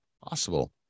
possible